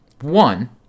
One